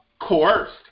coerced